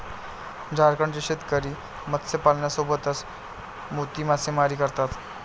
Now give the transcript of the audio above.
झारखंडचे शेतकरी मत्स्यपालनासोबतच मोती मासेमारी करतात